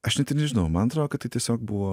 aš net ir nežinau man atro kad tai tiesiog buvo